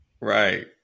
Right